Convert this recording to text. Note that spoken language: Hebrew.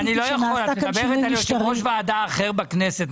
את מדברת על יושב ראש ועדה אחר בכנסת.